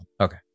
Okay